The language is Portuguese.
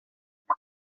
uma